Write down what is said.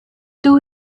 two